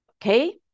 Okay